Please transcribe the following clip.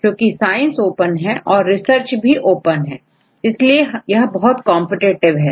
क्योंकि science open है और रिसर्च भी ओपन है इसलिए यह बहुत कॉम्पिटेटिव है